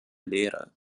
lehre